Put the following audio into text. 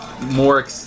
more